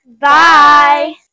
Bye